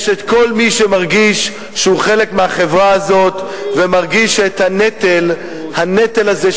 יש כל מי שמרגיש שהוא חלק מהחברה הזאת ומרגיש שהנטל הזה,